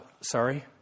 Sorry